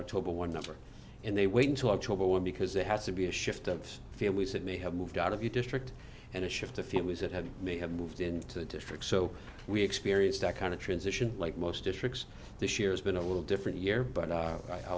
total one number and they wait until october when because it has to be a shift of families that may have moved out of the district and a shift if it was it had may have moved into the district so we experienced that kind of transition like most districts this year has been a little different year but